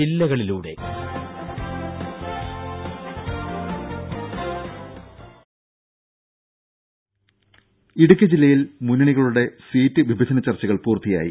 രുഭ ഇടുക്കി ജില്ലയിൽ മുന്നണികളുടെ സീറ്റ് വിഭജന ചർച്ചകൾ പൂർത്തിയായി